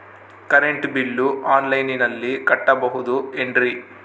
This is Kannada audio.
ಕರೆಂಟ್ ಬಿಲ್ಲು ಆನ್ಲೈನಿನಲ್ಲಿ ಕಟ್ಟಬಹುದು ಏನ್ರಿ?